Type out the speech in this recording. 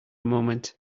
moment